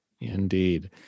Indeed